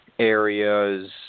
Areas